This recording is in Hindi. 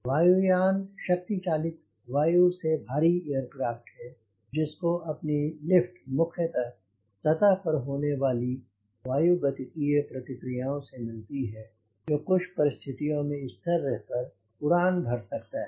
वायु यान शक्ति चालित वायु से भारी एयरक्राफ़्ट है जिसको अपनी लिफ्ट मुख्यतः सतह पर होने वाले वायुगतिकीय प्रतिक्रियाओं से मिलती है और जो कुछ परिस्थितियों में स्थिर रहकर उड़ान भर सकता है